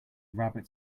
rabbit